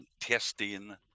testing